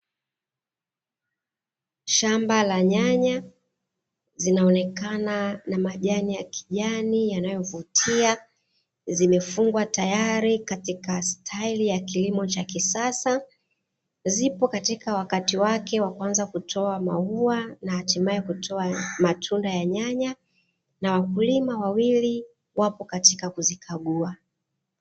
Shamba la nyanya, zinaonekana na majani ya kijani yanayovutia, zimefungwa tayari katika staili ya kilimo cha kisasa, zipo katika wakati wake wa kuanza kutoa maua, na hatimaye kutoa matunda ya nyanya, na wakulima wawili wapo katika kuzikagua.